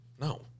No